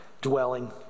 dwelling